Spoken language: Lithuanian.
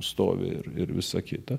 stovi ir ir visa kita